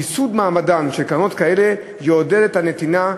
מיסוד מעמדן של קרנות כאלה יעודד את הנתינה,